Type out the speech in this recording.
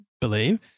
believe